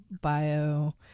bio